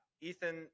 Ethan